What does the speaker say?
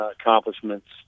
accomplishments